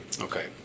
Okay